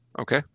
Okay